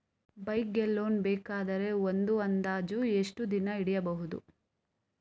Bike ಗೆ loan ಸಿಗಬೇಕಾದರೆ ಒಂದು ಅಂದಾಜು ಎಷ್ಟು ದಿನ ಹಿಡಿಯಬಹುದು?